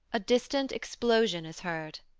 a distant explosion is heard.